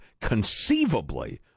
conceivably